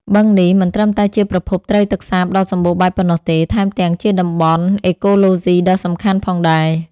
បឹងនេះមិនត្រឹមតែជាប្រភពត្រីទឹកសាបដ៏សម្បូរបែបប៉ុណ្ណោះទេ ថែមទាំងជាតំបន់អេកូឡូស៊ីដ៏សំខាន់ផងដែរ។